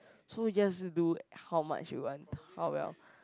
so just do how much you want how well